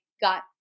got